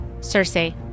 cersei